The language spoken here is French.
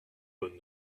bonnes